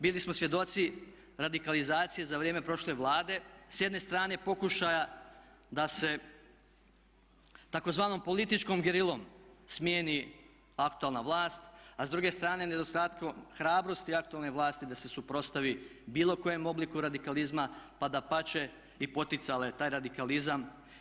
Bili smo svjedoci radikalizacije za vrijeme prošle Vlade, s jedne strane pokušaja da se tzv. političkom gerilom smijeni aktualna vlast, a s druge strane nedostatkom hrabrosti aktualne vlasti da se suprotstavi bilo kojem obliku radikalizma pa dapače i poticale taj radikalizam.